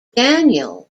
daniel